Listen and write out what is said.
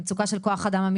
במצוקה אמיתית של כוח אדם.